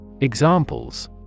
Examples